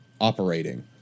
operating